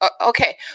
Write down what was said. okay